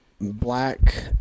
black